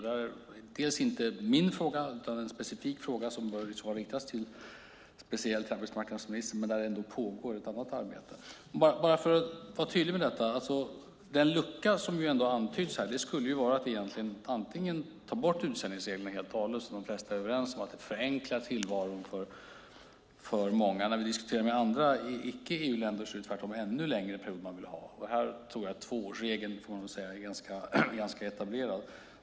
Det är inte min fråga, utan det är specifik fråga som kanske bör riktas speciellt till arbetsmarknadsministern och där det pågår ett annat arbete. Jag vill vara tydlig med detta. Den lucka som ändå antyds här skulle vara att antingen ta bort utsändningsreglerna helt och hållet. De flesta är överens om att det förenklar tillvaron för många. När vi diskuterar med andra icke-EU-länder är det tvärtom ännu längre period man vill ha. Tvåårsregeln är här ganska etablerad.